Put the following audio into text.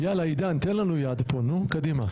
יאללה, עידן, תן לנו יד פה, קדימה.